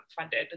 funded